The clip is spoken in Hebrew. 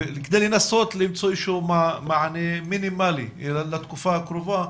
כדי לנסות למצוא איזה שהוא מענה מינימלי לתקופה הקרובה,